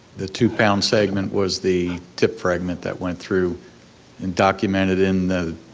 the two pound segment was the tip fragment that went through and documented in the